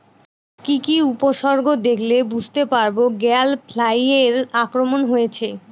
কি কি উপসর্গ দেখলে বুঝতে পারব গ্যাল ফ্লাইয়ের আক্রমণ হয়েছে?